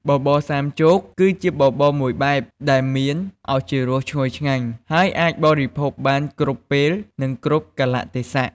បបរសាមចូកគឺជាបបរមួយបែបដែលមានឱជារសឈ្ងុយឆ្ងាញ់ ហើយអាចបរិភោគបានគ្រប់ពេល និងគ្រប់កាលៈទេសៈ។